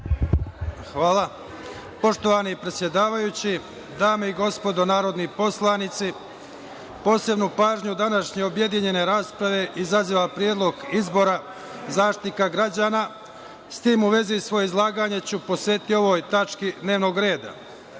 vam. Poštovani predsedavajući, dame i gospodo narodni poslanici, posebnu pažnju današnje objedinjene rasprave izaziva predlog izbora Zaštitnika građana, s tim u vezi ću ovo izlaganje posvetiti ovoj tački dnevnog reda. Na